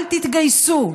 אל תתגייסו.